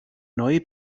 neu